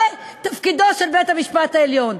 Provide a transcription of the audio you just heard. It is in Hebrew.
זה תפקידו של בית-המשפט העליון: